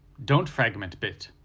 dont fragment bit.